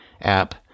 app